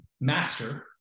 master